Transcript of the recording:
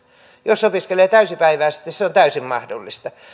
jos opiskelee täysipäiväisesti se on täysin mahdollista